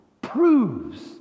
proves